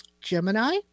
Gemini